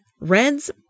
reds